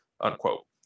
unquote